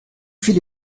viele